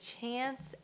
chance